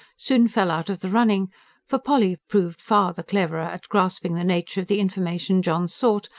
soon fell out of the running for polly proved far the cleverer at grasping the nature of the information john sought,